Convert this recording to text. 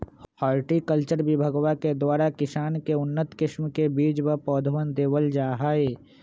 horticulture विभगवा के द्वारा किसान के उन्नत किस्म के बीज व पौधवन देवल जाहई